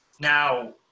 Now